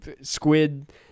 squid